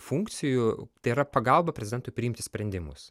funkcijų tai yra pagalba prezidentui priimti sprendimus